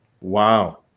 wow